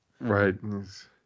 Right